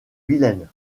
vilaine